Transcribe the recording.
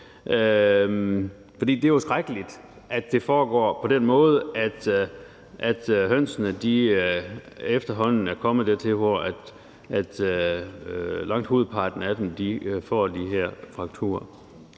det er jo skrækkeligt, at det foregår på den måde, og at det efterhånden er kommet dertil, at langt hovedparten af hønsene får de her frakturer.